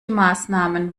maßnahmen